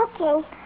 Okay